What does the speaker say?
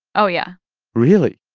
oh, yeah really?